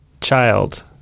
Child